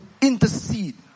intercede